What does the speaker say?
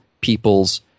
people's